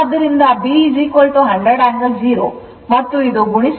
ಆದ್ದರಿಂದ b 100 angle 0 ಮತ್ತು ಇದು ಗುಣಿಸಿದರೆ I22